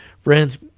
Friends